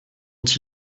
ont